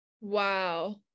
wow